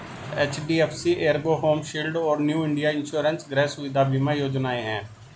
HDFC ERGO home shield और New India insurance गृह सुविधा बीमा योजनाएं हैं